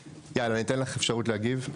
יאללה, ניתן לך אפשרות להגיב.